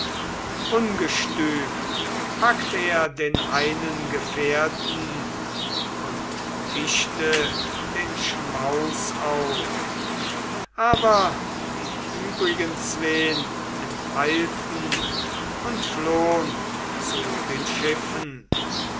ungestüm packt er den einen gefährten und tischte den schmaus auf aber die übrigen zween enteilten und flohn zu den schiffen